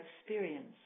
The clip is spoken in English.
experience